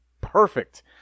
perfect